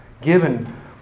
given